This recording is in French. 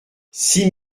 six